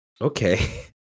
okay